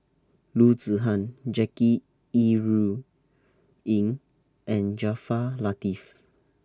Loo Zihan Jackie Yi Ru Ying and Jaafar Latiff